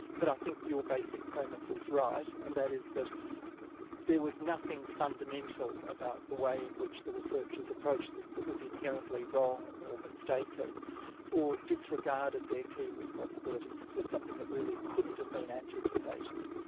but i think your basic premise is right, and that is that there was nothing fundamental about the way in which the researchers approached this that was inherently wrong or mistaken or disregarded their key responsibilities. this was something that really couldn't have been anticipated.